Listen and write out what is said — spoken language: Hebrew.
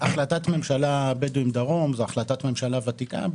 החלטת ממשלה, בדואים דרום, זאת החלטת ממשלה ותיקה.